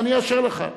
אני אאשר לך.